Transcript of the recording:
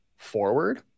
forward